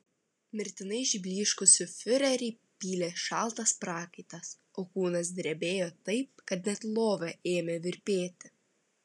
mirtinai išblyškusį fiurerį pylė šaltas prakaitas o kūnas drebėjo taip kad net lova ėmė virpėti